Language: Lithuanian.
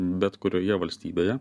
bet kurioje valstybėje